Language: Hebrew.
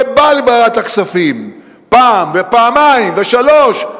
ובא לוועדת הכספים פעם, פעמיים ושלוש,